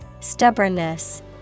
Stubbornness